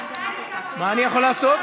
סליחה, אתה, מה אני יכול לעשות?